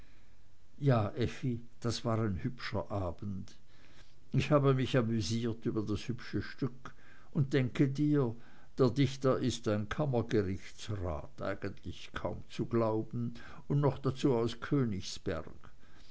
ja effi das war ein hübscher abend ich habe mich amüsiert über das hübsche stück und denke dir der dichter ist ein kammergerichtsrat eigentlich kaum zu glauben und noch dazu aus königsberg